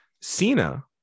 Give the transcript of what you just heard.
Cena